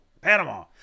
panama